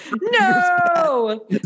No